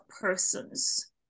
persons